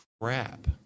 crap